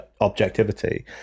objectivity